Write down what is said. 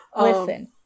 Listen